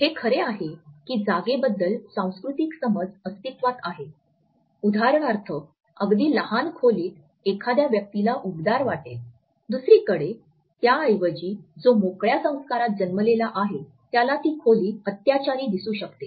हे खरे आहे की जागेबद्दल सांस्कृतिक समज अस्तित्त्वात आहे उदाहरणार्थ अगदी लहान खोलीत एखाद्या व्यक्तीला उबदार वाटेल दुसरीकडे त्याऐवजी जो मोकळ्या संस्कारात जन्मलेला आहे त्याला ती खोली अत्याचारी दिसू शकते